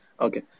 Okay